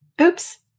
Oops